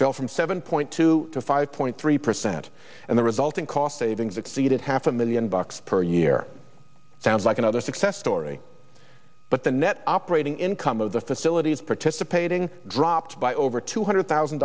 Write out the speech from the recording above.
fell from seven point two to five point three percent and the resulting cost savings exceeded half a million bucks per year sounds like another success story but the net operating income of the facilities participating dropped by over two hundred thousand